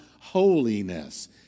holiness